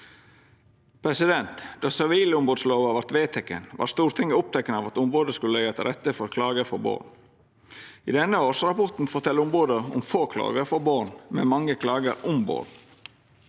si. Då sivilombodslova vart vedteken, var Stortinget oppteke av at ombodet skulle leggja til rette for klager frå barn. I denne årsrapporten fortel ombodet om få klager frå barn, men mange klager om barn.